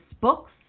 books